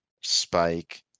spike